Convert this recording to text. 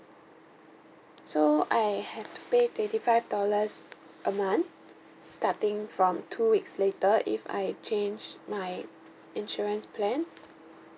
so I have to pay twenty five dollars a month starting from two weeks later if I change my insurance plan